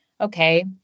okay